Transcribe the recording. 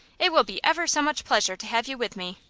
it will be ever so much pleasure to have you with me.